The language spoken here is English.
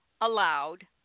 Allowed